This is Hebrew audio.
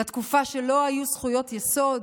לתקופה שלא היו זכויות יסוד?